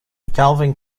calvin